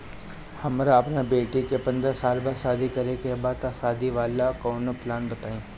हमरा अपना बेटी के पंद्रह साल बाद शादी करे के बा त शादी वाला कऊनो प्लान बताई?